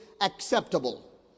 acceptable